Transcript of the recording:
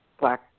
Black